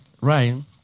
Ryan